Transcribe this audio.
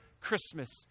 Christmas